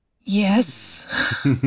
Yes